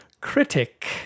critic